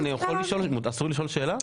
אסור לי לשאול שאלה?